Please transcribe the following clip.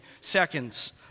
seconds